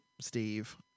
Steve